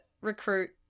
recruit